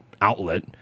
outlet